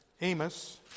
Amos